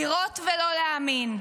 לראות ולא להאמין.